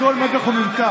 הכול מקח וממכר.